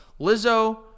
Lizzo